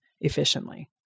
efficiently